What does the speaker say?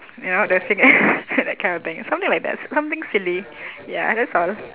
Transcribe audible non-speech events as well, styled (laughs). you know that feeling (laughs) that kind of thing something like that something silly ya that sort of